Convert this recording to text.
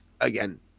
again